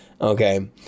Okay